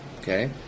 okay